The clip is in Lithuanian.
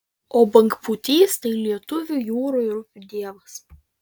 o bangpūtys tai lietuvių jūrų ir upių dievas